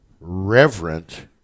reverent